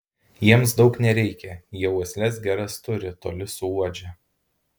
jiems daug nereikia jie uosles geras turi toli suuodžia